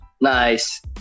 nice